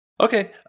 Okay